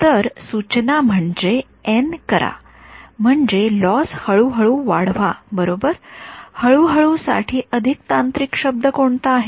तर सूचना म्हणजे एन करा म्हणजे लॉस हळू हळू वाढवा बरोबर हळूहळू साठी अधिक तांत्रिक शब्द कोणता आहे